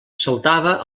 saltava